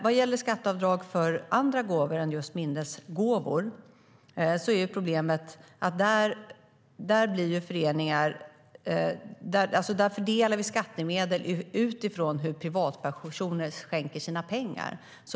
Vad gäller skatteavdrag för andra gåvor än just minnesgåvor fördelar vi skattemedel utifrån hur privatpersoner skänker sina pengar.